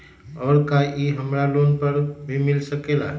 और का इ हमरा लोन पर भी मिल सकेला?